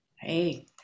Hey